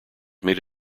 made